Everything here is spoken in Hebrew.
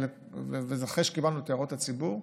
וזה אחרי שקיבלנו את הערות הציבור,